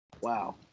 wow